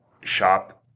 shop